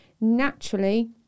naturally